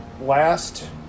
last